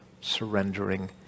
surrendering